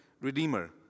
redeemer